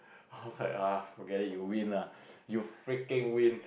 I was like ah forget it you win lah you freaking win